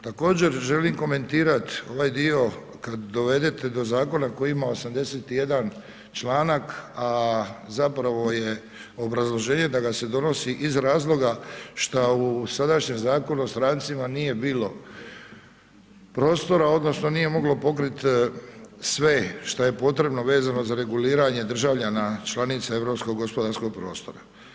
Također, želim komentirati ovaj dio kad dovedete do zakona koji ima 81 članak, a zapravo je obrazloženje da ga se donosi iz razloga što u sadašnjem Zakonu o strancima nije bilo prostora odnosno nije moglo pokriti sve što je potrebno vezano za reguliranja državljana članica europskog gospodarskog prostora.